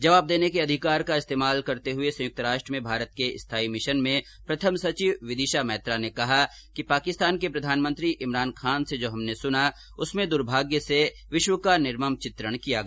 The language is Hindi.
जवाब देने के अधिकार का इस्तेमाल करते हुए संयुक्त राष्ट्र में भारत के स्थायी मिशन में प्रथम सचिव विदिशा मैत्रा ने कहा कि पाकिस्तान के प्रधानमंत्री इमरान खान से जो हमने सुना उसमें दुर्भाग्य से विश्व का निर्मम चित्रण किया गया